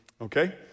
okay